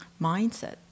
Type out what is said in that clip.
mindset